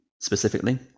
specifically